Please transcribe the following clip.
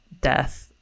death